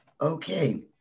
Okay